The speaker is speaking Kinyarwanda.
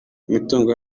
imitungo